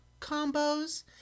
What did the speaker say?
combos